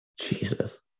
Jesus